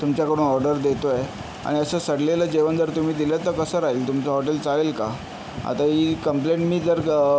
तुमच्याकडून ऑर्डर देतो आहे आणि असं सडलेलं जेवण जर तुम्ही दिलं तर कसं राहील तुमचं हॉटेल चालेल का आता ही कम्प्लेंट मी जर